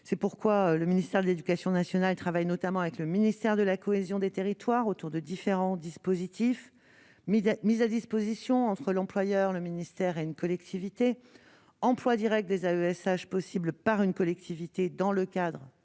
c'est pourquoi le ministère de l'Éducation nationale travaille notamment avec le ministère de la cohésion des territoires autour de différents dispositifs mis a mis à disposition, entre l'employeur, le ministère est une collectivité emplois Directs des AESH possible par une collectivité dans le cadre